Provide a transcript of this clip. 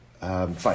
fine